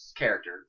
character